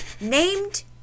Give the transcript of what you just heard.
named